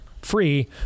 free